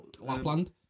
Lapland